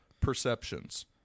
perceptions